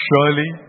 Surely